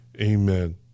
Amen